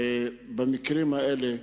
במקרים האלה,